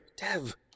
Dev